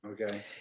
Okay